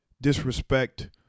disrespect